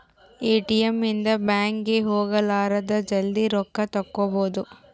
ATM ಇಂದ bank ಗೆ ಹೋಗಲಾರದ ಜಲ್ದೀ ರೊಕ್ಕ ತೆಕ್ಕೊಬೋದು